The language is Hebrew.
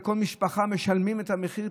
וכל משפחה משלמת את המחיר: